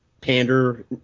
pander